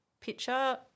picture